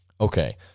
okay